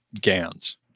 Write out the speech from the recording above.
GANs